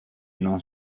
non